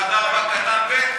חבר הכנסת יואב בן צור,